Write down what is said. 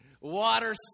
water